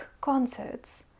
Concerts